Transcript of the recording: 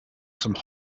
some